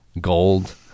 gold